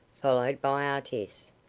followed by artis.